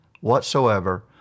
whatsoever